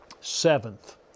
Seventh